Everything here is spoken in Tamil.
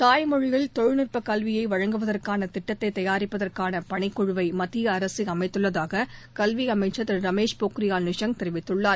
தாய்மொழியில் தொழில்நுட்ப கல்வியை வழங்குவதற்கான திட்டத்தை தயாரிப்பதற்கான பணிக்குழுவை மத்திய அரசு அமைத்துள்ளதாக கல்வி அமைச்சள் திரு ரமேஷ் பொகியால் நிஷாங்க் தெரிவித்துள்ளார்